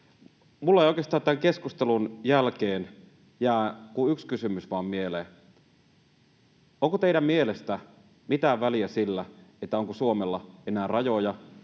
Minulla ei oikeastaan tämän keskustelun jälkeen jää kuin vain yksi kysymys mieleen: Onko teidän mielestänne mitään väliä sillä, onko Suomella enää rajoja,